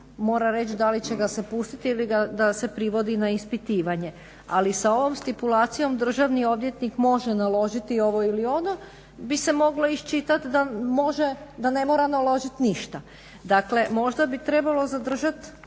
mora reći da li će ga se pustiti ili dali ga se privodi na ispitivanje. Ali sa ovom stipulacijom državni odvjetnik može naložiti ovo ili ono, bi se moglo iščitat da može, da ne mora naložit ništa. Dakle, možda bi trebalo zadržat